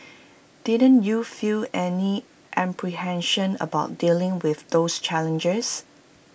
didn't you feel any apprehension about dealing with those challenges